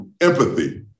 empathy